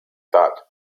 thud